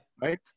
Right